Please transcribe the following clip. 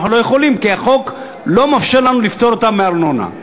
אבל אנחנו לא יכולים כי החוק לא מאפשר לנו לפטור אותם מארנונה.